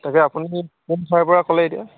তাকে আপুনি কোন ঠাইৰপৰা ক'লে এতিয়া